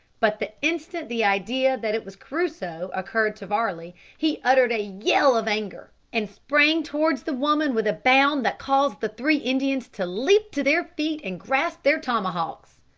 but the instant the idea that it was crusoe occurred to varley he uttered a yell of anger, and sprang towards the woman with a bound that caused the three indians to leap to their feet and grasp their tomahawks.